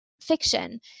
fiction